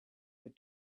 but